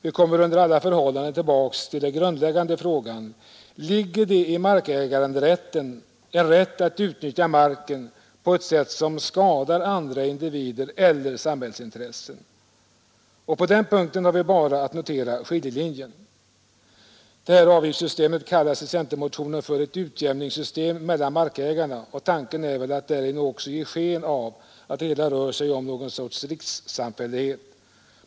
Vi kommer under alla förhållanden tillbaka till den grundläggande frågan: Ligger det i markäganderätten en rätt att utnyttja marken på ett sätt som skadar andra individer eller samhällsintressen? Och på den punkten har vi bara att notera skiljelinjen. Det här avgiftssystemet kallas i centermotionen för ”ett utjämningssystem mellan markägarna”, och tanken är väl att därigenom också ge sken av att det hela rör sig om någon sorts rikssam fällighet.